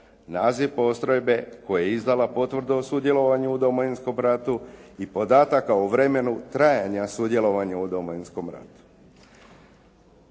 naziv postrojbe koja je izdala potvrdu o sudjelovanju u Domovinskom ratu i podataka o vremenu trajanja sudjelovanja u Domovinskom ratu.